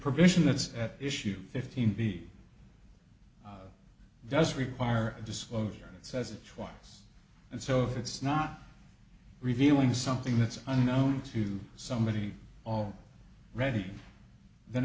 provision that's at issue fifteen b does require disclosure and says it twice and so if it's not revealing something that's unknown to somebody all ready then